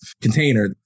container